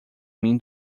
mim